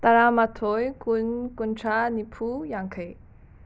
ꯇꯔꯥꯃꯊꯣꯏ ꯀꯨꯟ ꯀꯨꯟꯊ꯭ꯔꯥ ꯅꯤꯐꯨ ꯌꯥꯡꯈꯩ